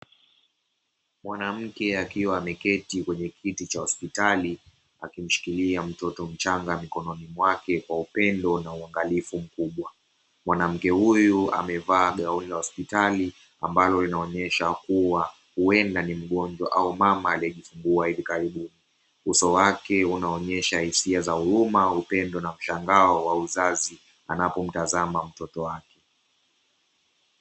Mwanamke akiwa ameketi kwenye kiti cha hospitali akimshikilia mtoto mchanga mikononi mwake kwa upendo na uangalifu mkubwa, mwanamke huyu amevaa gauni la hospitali ambalo linaonesha kuwa uenda ni mgonjwa au mama aliyejifungua hivi karibuni, uso wake unaonesha hisia za huruma, upendo na mshangao wa uzazi anapomtazama mtoto wake.